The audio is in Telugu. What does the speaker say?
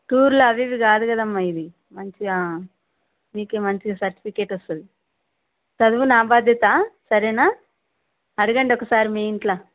టూర్లు అవి ఇవి కాదు కదమ్మ ఇవి మంచిగా మీకు మంచిగా సర్టిఫికేట్ వస్తుంది చదువు నా బాధ్యత సరేనా అడగండి ఒకసారి మీ ఇంట్లో